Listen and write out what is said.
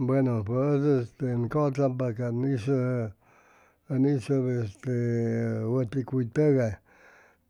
Bueno pʉj ʉd ʉn cʉtzampa can hizʉ ʉn hizʉp wʉti cuy tʉgay